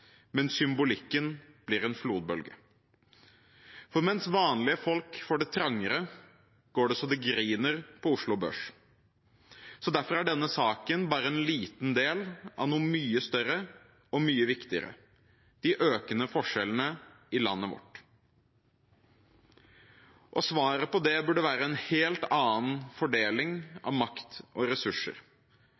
flodbølge. For mens vanlige folk får det trangere, går det så det griner på Oslo Børs. Derfor er denne saken bare en liten del av noe mye større og mye viktigere, nemlig de økende forskjellene i landet vårt. Svaret på det burde være en helt annen fordeling av makt og ressurser,